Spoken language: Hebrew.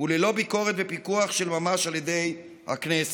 וללא ביקורת ופיקוח של ממש על ידי הכנסת,